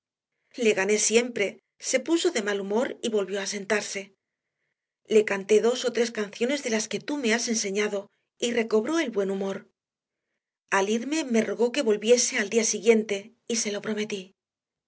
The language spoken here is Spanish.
le gané siempre se puso de mal humor y volvió a sentarse le canté dos o tres canciones de las que tú me has enseñado y recobró el buen humor al irme me rogó que volviese al día siguiente y se lo prometí